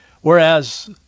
Whereas